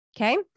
Okay